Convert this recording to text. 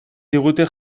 digute